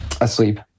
Asleep